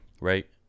Right